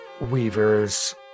weavers